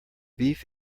beef